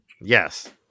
Yes